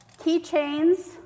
keychains